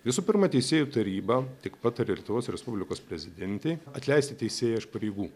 visų pirma teisėjų taryba tik patarė lietuvos respublikos prezidentei atleisti teisėją iš pareigų